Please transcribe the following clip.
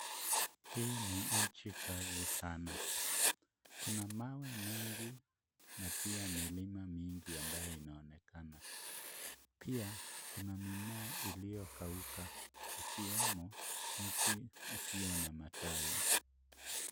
Hii ni nchi kavu sana. Kuna mawe mengi, na pia milima mingi ambayo inaonekana. Pia, kuna mimea iliyokauka, ikiwemo mti usio na matawi.